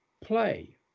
play